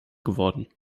geworden